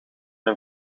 een